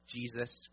Jesus